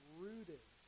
rooted